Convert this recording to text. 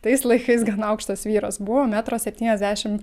tais laikais gana aukštas vyras buvo metro septyniasdešimt